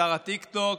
שר הטיקטוק.